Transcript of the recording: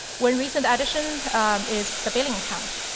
one recent addition is the billing account.